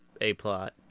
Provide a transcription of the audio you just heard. A-plot